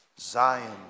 Zion